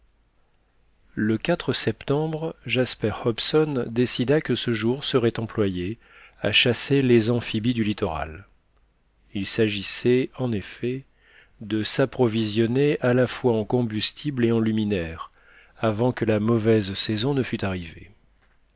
le septembre jasper hobson décida que ce jour serait employé à chasser les amphibies du littoral il s'agissait en effet de s'approvisionner à la fois en combustible et en luminaire avant que la mauvaise saison ne fût arrivée